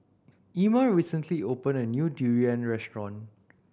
Emmer recently opened a new durian restaurant